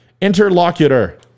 Interlocutor